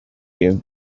you